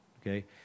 okay